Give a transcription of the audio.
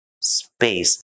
space